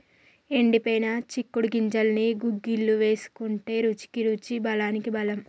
ఎండిపోయిన చిక్కుడు గింజల్ని గుగ్గిళ్లు వేసుకుంటే రుచికి రుచి బలానికి బలం